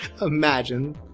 Imagine